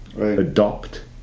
adopt